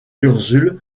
ursule